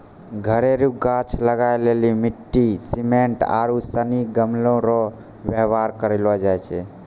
घरेलू गाछ लगाय लेली मिट्टी, सिमेन्ट आरू सनी गमलो रो वेवहार करलो जाय छै